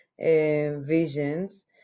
visions